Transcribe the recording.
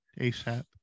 ASAP